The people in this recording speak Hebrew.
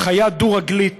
חיה דו-רגלית